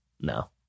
No